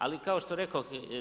Ali kao što rekoh.